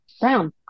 Brown